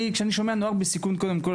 אני כשאני שומע נוער בסיכון קודם כל,